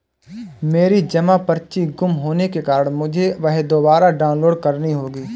मेरी जमा पर्ची गुम होने के कारण मुझे वह दुबारा डाउनलोड करनी होगी